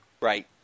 Right